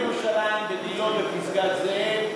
גם בירושלים, בגילה, בפסגת-זאב,